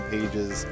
Pages